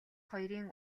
хоёрын